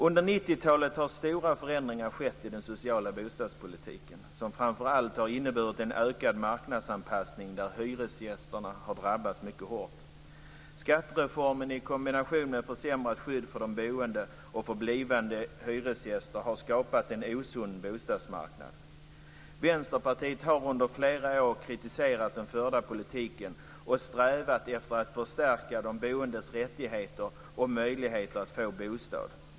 Under 90-talet har stora förändringar skett i den sociala bostadspolitiken som framför allt har inneburit en ökad marknadsanpassning, där hyresgästerna har drabbats mycket hårt. Skattereformen i kombination med försämrat skydd för de boende och för blivande hyresgäster har skapat en osund bostadsmarknad. Vänsterpartiet har under flera år kritiserat den förda politiken och strävat efter att förstärka de boendes rättigheter och möjligheter att få bostad.